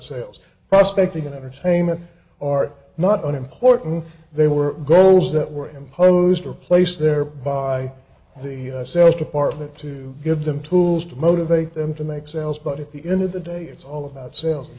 sales prospecting entertainment are not important they were goals that were imposed or placed there by the sales department to give them tools to motivate them to make sales but at the end of the day it's all about sales